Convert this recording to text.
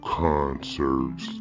concerts